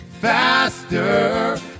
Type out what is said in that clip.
faster